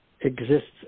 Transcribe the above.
exists